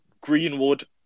Greenwood